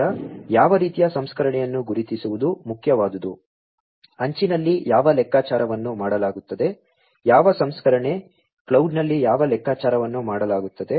ಈಗ ಯಾವ ರೀತಿಯ ಸಂಸ್ಕರಣೆಯನ್ನು ಗುರುತಿಸುವುದು ಮುಖ್ಯವಾದುದು ಅಂಚಿನಲ್ಲಿ ಯಾವ ಲೆಕ್ಕಾಚಾರವನ್ನು ಮಾಡಲಾಗುತ್ತದೆ ಯಾವ ಸಂಸ್ಕರಣೆ ಕ್ಲೌಡ್ನಲ್ಲಿ ಯಾವ ಲೆಕ್ಕಾಚಾರವನ್ನು ಮಾಡಲಾಗುತ್ತದೆ